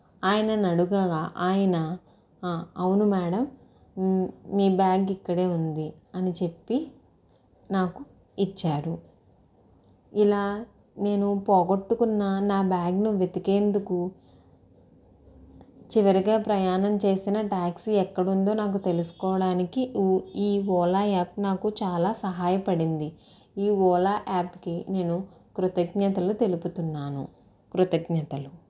ఆయనను అడగగా ఆయన అవును మేడం మీ బ్యాగ్ ఇక్కడే ఉంది అని చెప్పి నాకు ఇచ్చారు ఇలా నేను పోగొట్టుకున్న నా బ్యాగ్ను వెతికేందుకు చివరిగా ప్రయాణం చేసిన ట్యాక్సీ ఎక్కడుందో నాకు తెలుసుకోవడానికి ఈ ఓలా యాప్ నాకు చాలా సహాయపడింది ఈ ఓలా యాప్కి నేను కృతజ్ఞతలు తెలుపుతున్నాను కృతజ్ఞతలు